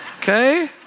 okay